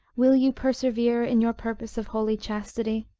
will you persevere in your purpose of holy chastity?